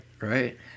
Right